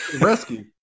Rescue